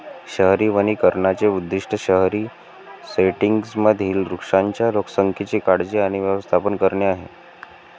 शहरी वनीकरणाचे उद्दीष्ट शहरी सेटिंग्जमधील वृक्षांच्या लोकसंख्येची काळजी आणि व्यवस्थापन करणे आहे